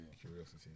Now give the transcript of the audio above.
Curiosity